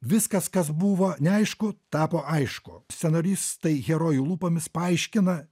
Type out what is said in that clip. viskas kas buvo neaišku tapo aišku scenaristai herojų lūpomis paaiškina